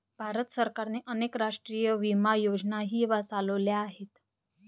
भारत सरकारने अनेक राष्ट्रीय विमा योजनाही चालवल्या आहेत